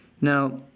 Now